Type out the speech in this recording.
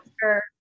sure